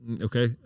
okay